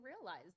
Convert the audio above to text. realize